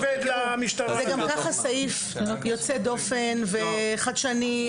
גם כך זה סעיף יוצא דופן וחדשני.